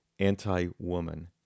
anti-woman